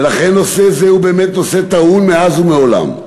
ולכן נושא זה הוא באמת נושא טעון מאז ומעולם.